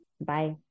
Bye